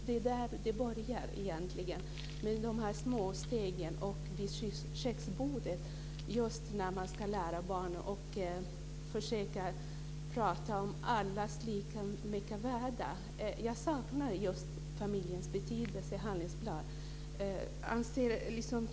Det är egentligen där det börjar, med de små stegen, vid köksbordet just när man ska lära barnen att prata om allas lika värde. Jag saknar just familjens betydelse i handlingsplanen.